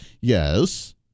Yes